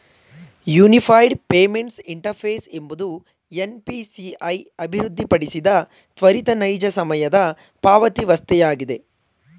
unified payments interface ಎಂಬುದು NPCI ಅಭಿವೃದ್ಧಿಪಡಿಸಿದ ತ್ವರಿತ ನೈಜ ಸಮಯದ ಪಾವತಿವಸ್ಥೆಯಾಗಿದೆ